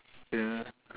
ya